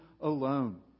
alone